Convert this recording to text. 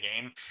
game